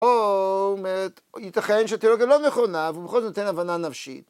אומרת, ייתכן שתיאולוגיה לא נכונה, ובכל זאת אין הבנה נפשית.